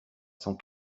cent